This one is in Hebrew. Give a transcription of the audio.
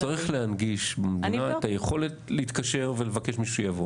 צריך להנגיש במדינה את היכולת להתקשר לבקש מישהו שיבוא.